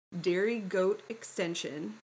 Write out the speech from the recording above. dairygoatextension